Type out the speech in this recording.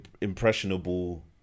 impressionable